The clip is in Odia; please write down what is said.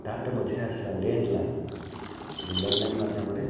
ତା'ପରେ ମଝିରେ ଆସିଲା ଲେଣ୍ଡ୍ ଲାଇନ୍ ଲେଣ୍ଡ୍ ଲାଇନ୍ ମାଧ୍ୟମରେ